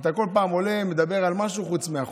אתה כל פעם עולה, מדבר על משהו חוץ מהחוק.